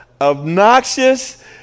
obnoxious